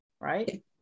right